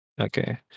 okay